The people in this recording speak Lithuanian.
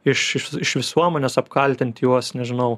iš iš iš visuomenės apkaltint juos nežinau